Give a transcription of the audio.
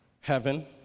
heaven